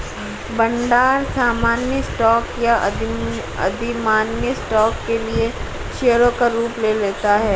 भंडार सामान्य स्टॉक या अधिमान्य स्टॉक के लिए शेयरों का रूप ले लेता है